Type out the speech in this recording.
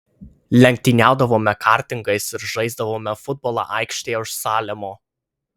lenktyniaudavome kartingais ir žaisdavome futbolą aikštėje už salemo